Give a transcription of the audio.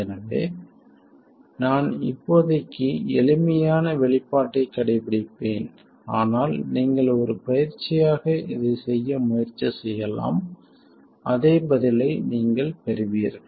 எனவே நான் இப்போதைக்கு எளிமையான வெளிப்பாட்டைக் கடைப்பிடிப்பேன் ஆனால் நீங்கள் ஒரு பயிற்சியாக இதைச் செய்ய முயற்சி செய்யலாம் அதே பதிலை நீங்கள் பெறுவீர்கள்